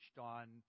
on